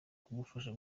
kugufasha